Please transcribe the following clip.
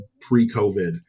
pre-COVID